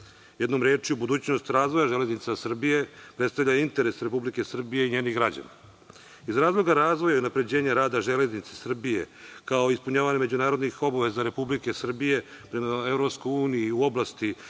Jednom rečju, budućnost razvoja „Železnica Srbije“ predstavlja interes Republike Srbije i njenih građana. Iz razloga razvoja i unapređenja rada „Železnice Srbije“, kao i ispunjavanje međunarodnih obaveza Republike Srbije prema EU u oblasti